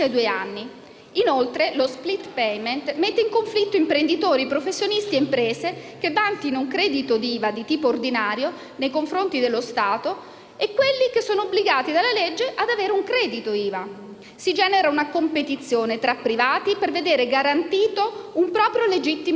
Inoltre, lo *split payment* mette in conflitto imprenditori, professionisti e imprese che vantino un credito di IVA di tipo ordinario nei confronti dello Stato e quelli che sono obbligati dalla legge ad avere un credito IVA. Si genera una competizione tra privati per vedere garantito un proprio legittimo diritto.